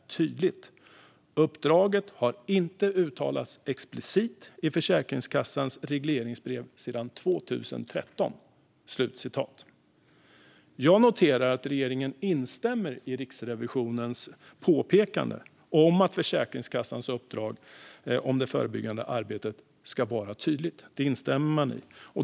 Riksrevisionen konstaterar att uppdraget inte har uttalats explicit i regeringens regleringsbrev sedan 2013." Jag noterar att regeringen instämmer i Riksrevisionens påpekande om att Försäkringskassans uppdrag om det förebyggande arbetet ska vara tydligt. Det instämmer man i.